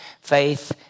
faith